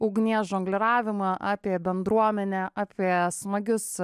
ugnies žongliravimą apie bendruomenę apie smagius